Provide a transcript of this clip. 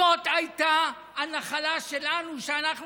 זאת הייתה הנחלה שלנו, שאנחנו